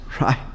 Right